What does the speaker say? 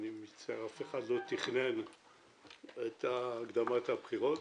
אף אחד לא תכנן את הקדמת הבחירות.